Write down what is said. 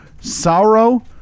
sorrow